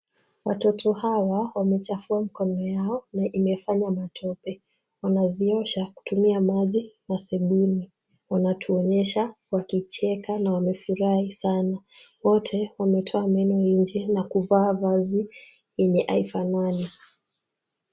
Watoto hawa wamechafua mikono yao, na imefanya matope na wanaziosha kwa kutumia maji na sabuni wanatuonyesha wakicheka na wamefurahi sana wote wametoa meno nje na kuvaa vazi zenye hazifanani.